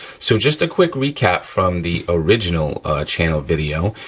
so just a quick recap from the original channel video,